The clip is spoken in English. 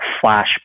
flash